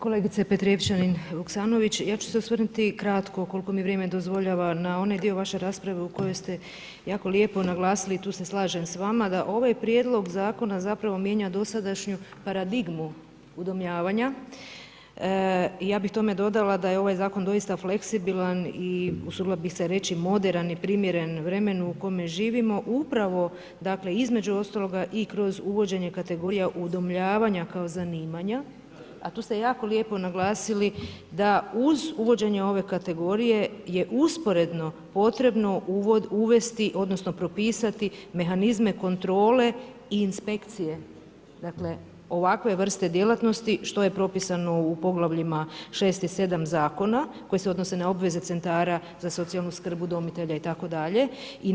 Kolegice Petrijevčanin-Vuksanović, ja ću se osvrnuti kratko koliko mi vrijeme dozvoljava na onaj dio vaše rasprave u kojoj ste jako lijepo naglasili i tu se slažem s vama, da ovaj prijedlog zakona zapravo mijenja dosadašnju paradigmu udomljavanja i ja bih tome dodala da je ovaj zakon doista fleksibilan i usudila bi se reći moderan i primjeren vremenu u kome živimo upravo između ostaloga i kroz uvođenje kategorija udomljavanja kao zanimanja, a tu ste jako lijepo naglasili da uz uvođenje ove kategorije je usporedno potrebno uvesti odnosno propisati mehanizme kontrole i inspekcije ovakve vrste djelatnosti što je propisano u poglavljima 6. i 7. zakona koje se odnose na obveze CZSS-a, udomitelja itd.